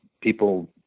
people